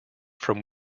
from